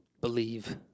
Believe